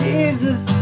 Jesus